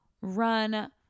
run